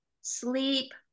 sleep